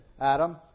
Adam